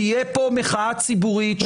תהיה פה מחאה ציבורית.